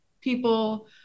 people